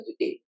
today